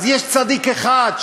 אז יש צדיק אחד,